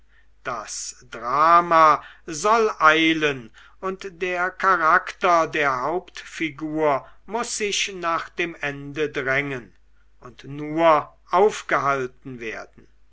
das drama soll eilen und der charakter der hauptfigur muß sich nach dem ende drängen und nur aufgehalten werden